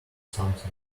something